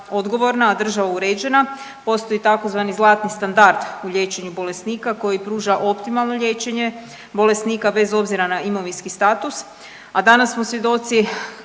odgovorna, a država uređena postoji tzv. zlatni standard u liječenju bolesnika koji pruža optimalno liječenje bolesnika bez obzira na imovinski status, a danas smo svjedoci